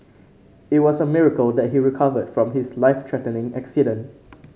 it was a miracle that he recovered from his life threatening accident